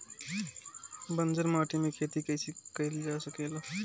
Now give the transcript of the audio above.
बंजर माटी में खेती कईसे कईल जा सकेला?